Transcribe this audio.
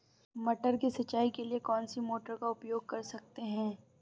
मटर की सिंचाई के लिए कौन सी मोटर का उपयोग कर सकते हैं?